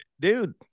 dude